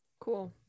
Cool